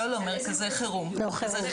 לא, לא, מרכזי חירום,